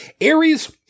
Aries